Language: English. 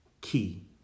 key